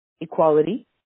Equality